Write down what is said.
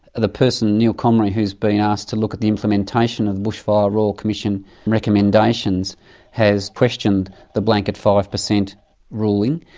the person, neil comrie, who has been asked to look at the implementation of the bushfire royal commission recommendations has questioned the blanket five percent ruling,